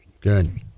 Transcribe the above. good